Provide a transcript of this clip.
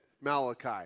Malachi